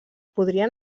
podrien